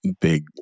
big